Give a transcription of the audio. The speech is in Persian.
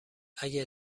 اگه